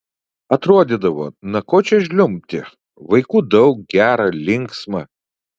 atrodydavo na ko čia žliumbti vaikų daug gera linksma